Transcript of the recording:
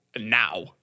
now